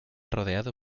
rodeado